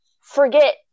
forget